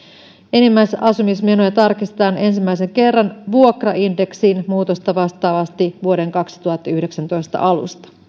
enimmäisasumismenoja tarkistetaan ensimmäisen kerran vuokraindeksin muutosta vastaavasti vuoden kaksituhattayhdeksäntoista alusta